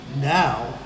Now